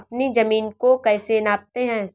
अपनी जमीन को कैसे नापते हैं?